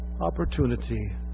opportunity